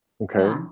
okay